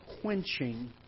quenching